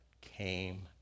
came